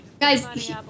guys